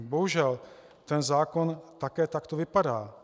Bohužel ten zákon také takto vypadá.